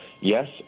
yes